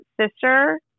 sister